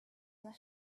their